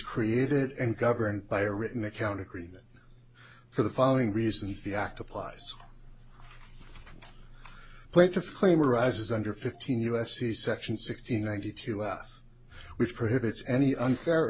created and governed by a written account agreement for the following reasons the act applies plaintiff claim arises under fifteen u s c section sixteen ninety two laugh which prohibits any unfair